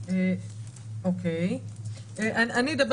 אני מציע שנתמקד כרגע בתקנות חדלות פירעון ושיקום כלכלי (אגרות),